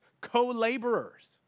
co-laborers